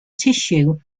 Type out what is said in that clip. tissue